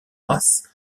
races